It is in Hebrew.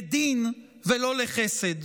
לדין ולא לחסד.